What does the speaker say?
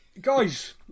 guys